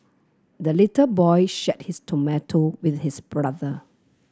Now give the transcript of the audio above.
the little boy shared his tomato with his brother